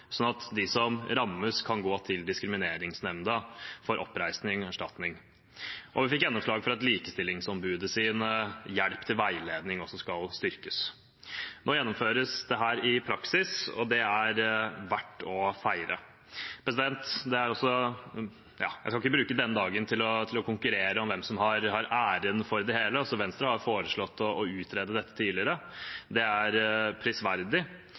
at de som rammes, kan gå til diskrimineringsnemnda for oppreisning og erstatning. Vi fikk også gjennomslag for at likestillingsombudets hjelp til veiledning skal styrkes. Nå gjennomføres dette i praksis, og det er verdt å feire. Jeg skal ikke bruke denne dagen til å konkurrere om hvem som har æren for det hele. Venstre har foreslått å utrede dette tidligere. Det er prisverdig,